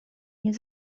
nie